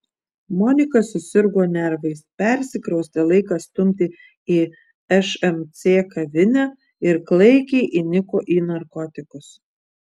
monika susirgo nervais persikraustė laiką stumti į šmc kavinę ir klaikiai įniko į narkotikus